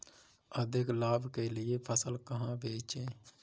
अधिक लाभ के लिए फसल कहाँ बेचें?